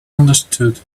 understood